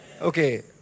Okay